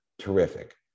terrific